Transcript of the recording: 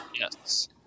Yes